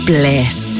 Bliss